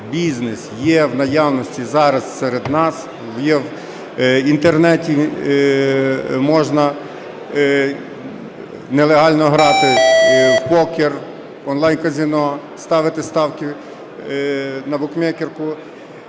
бізнес є в наявності зараз серед нас, в Інтернеті можна нелегально грати в покер, онлайн-казино, ставити ставки на букмекерку,